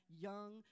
young